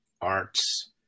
arts